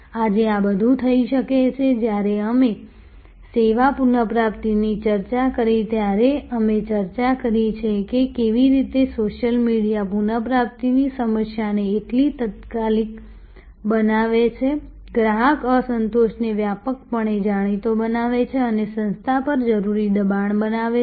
આજે આ બધું થઈ શકે છે જ્યારે અમે સેવા પુનઃપ્રાપ્તિની ચર્ચા કરી ત્યારે અમે ચર્ચા કરી છે કે કેવી રીતે સોશિયલ મીડિયા પુનઃપ્રાપ્તિની સમસ્યાને એટલી તાત્કાલિક બનાવે છે ગ્રાહક અસંતોષને વ્યાપકપણે જાણીતો બનાવે છે અને સંસ્થા પર જરૂરી દબાણ બનાવે છે